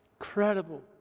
Incredible